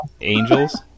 Angels